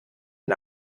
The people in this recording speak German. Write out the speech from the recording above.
ihn